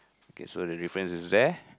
okay so the difference is there